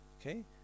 okay